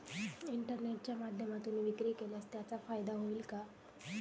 इंटरनेटच्या माध्यमातून विक्री केल्यास त्याचा फायदा होईल का?